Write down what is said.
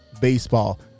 baseball